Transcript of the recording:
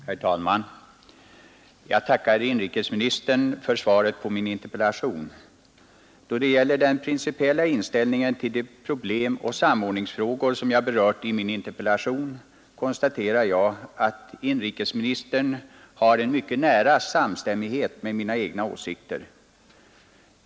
Herr talman! Jag tackar inrikesministern för svaret på min interpellation. Då det gäller den principiella inställningen till de problem och samordningsfrågor som jag berört i interpellationen konstaterar jag att inrikesministerns åsikter har en mycket nära samstämmighet med mina egna.